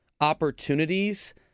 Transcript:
opportunities